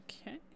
Okay